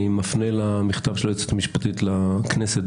אני מפנה למכתב בזמנו של היועצת המשפטית לכנסת,